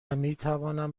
میتوانم